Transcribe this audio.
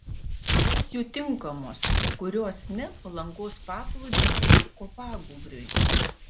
kurios jų tinkamos o kurios ne palangos paplūdimiui ir kopagūbriui